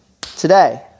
Today